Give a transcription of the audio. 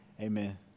Amen